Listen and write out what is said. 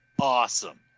awesome